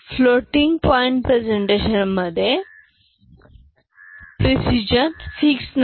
floating point representation मध्ये याम precision fix नाही